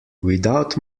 without